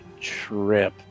trip